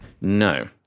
No